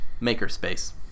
Makerspace